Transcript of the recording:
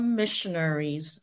missionaries